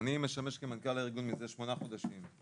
אני משמש כמנכ"ל הארגון מזה שמונה חודשים.